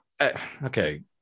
okay